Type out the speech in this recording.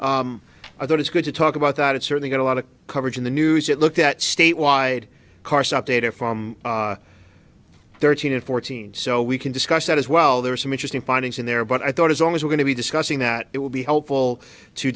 report i thought it's good to talk about that it certainly got a lot of coverage in the news it looked at statewide car stop data from thirteen to fourteen so we can discuss that as well there are some interesting findings in there but i thought as long as we're going to be discussing that it will be helpful to